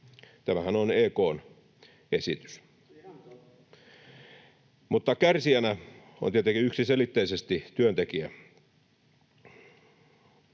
Ihan totta!] mutta kärsijänä on tietenkin yksiselitteisesti työntekijä.